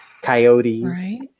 coyotes